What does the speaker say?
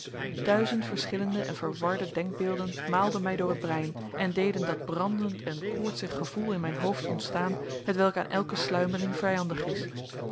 duizend verschillende en verwarde denkbeelden maalden mij door het brein en deden dat brandend en koortsig gevoel in mijn hoofd ontstaan hetwelk aan elke sluimering vijandig is